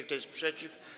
Kto jest przeciw?